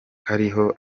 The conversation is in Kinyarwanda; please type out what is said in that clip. kariho